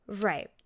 Right